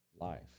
life